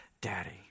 Daddy